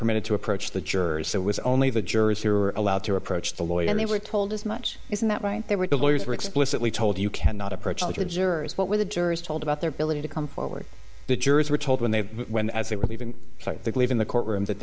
permitted to approach the jurors so it was only the jurors who were allowed to approach the lawyer and they were told as much isn't that right there were the lawyers were explicitly told you cannot approach the jurors what were the jurors told about their ability to come forward the jurors were told when they when as they were leaving leaving the courtroom that